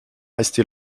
resté